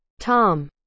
Tom